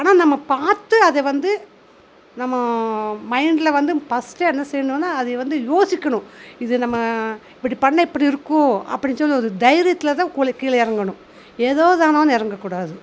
ஆனால் நம்ம பார்த்து அதை வந்து நம்ம மைண்டில் வந்து ஃபர்ஸ்ட்டு என்ன செய்யணுன்னா அதே வந்து யோசிக்கணும் இது நம்ம இப்படி பண்ணால் இப்படி இருக்கும் அப்படின் சொல்லி ஒரு தைரியத்துல தான் குளிக் கீழே இறங்கணும் எதோ தானோன்னு இறங்கக்கூடாது